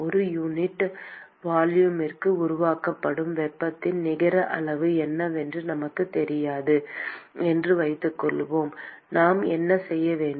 ஒரு யூனிட் வால்யூமிற்கு உருவாக்கப்படும் வெப்பத்தின் நிகர அளவு என்னவென்று நமக்குத் தெரியாது என்று வைத்துக்கொள்வோம் நாம் என்ன செய்ய வேண்டும்